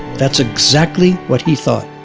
that's exactly what he thought